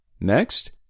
Next